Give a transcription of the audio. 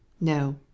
No